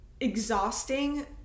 exhausting